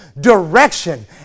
direction